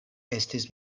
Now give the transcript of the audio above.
estis